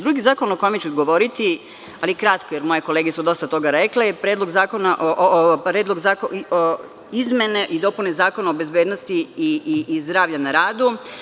Drugi zakon o kome ću govoriti, ali kratko, jer moje kolege su dosta toga rekle, jeste Predlog zakona o izmenama i dopunama Zakona o bezbednosti i zdravlju na radu.